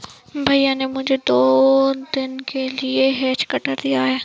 भैया ने मुझे दो दिन के लिए हेज कटर दिया है